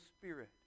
Spirit